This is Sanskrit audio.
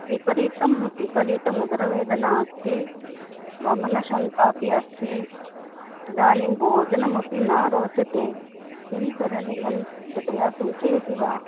विपरीतं विपरीतम् उदरवेदना अस्ति वमनशङ्का अपि अस्ति इदानीं भोजनम् अपि न रोचते किं करणीयं कृपया सूचयति वा